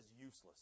useless